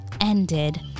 ended